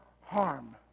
harm